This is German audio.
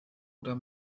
oder